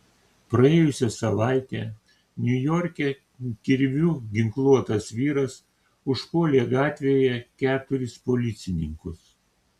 praėjusią savaitę niujorke kirviu ginkluotas vyras užpuolė gatvėje keturis policininkus